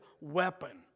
weapon